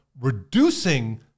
reducing